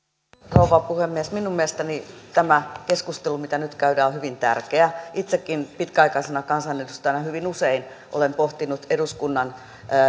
rouva puhemies minun mielestäni tämä keskustelu mitä nyt käydään on hyvin tärkeä itsekin pitkäaikaisena kansanedustajana hyvin usein olen pohtinut eduskunnan